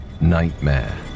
nightmare